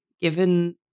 given